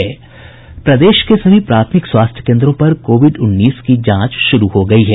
प्रदेश के सभी प्राथमिक स्वास्थ्य केन्द्रों पर कोविड उन्नीस की जांच शुरू हो गयी है